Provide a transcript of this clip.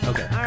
Okay